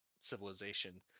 civilization